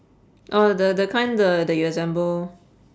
oh the the kind the that you assemble